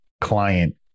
client